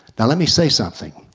now let me say something.